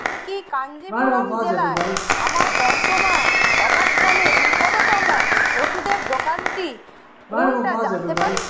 আমি কি কাঞ্চিপুরম জেলার আমার বর্তমান অবস্থানের নিকটতম ওষুধের দোকানটি কোনটা জানতে পারি